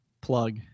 plug